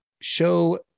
show